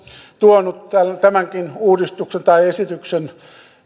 tuonut tämänkin esityksen ja vienyt